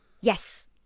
yes